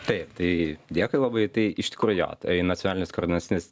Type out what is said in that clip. taip tai dėkui labai tai iš tikro jo tai nacionalinis koordinacinis